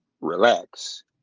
relax